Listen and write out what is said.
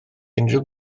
unrhyw